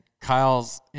Kyle's